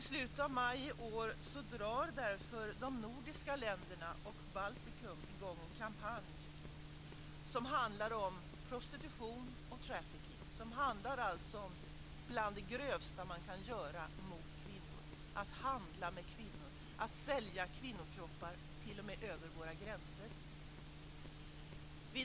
I slutet av maj i år drar därför de nordiska länderna och Baltikum i gång en kampanj som handlar om prostitution och trafficking som är bland det grövsta som man kan göra mot kvinnor, att handla med kvinnor, att sälja kvinnokroppar t.o.m. över våra gränser.